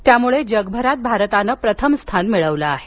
त्यामुळे जगभरात भारतानं प्रथम स्थान मिळवलं आहे